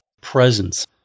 presence